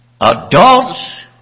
adults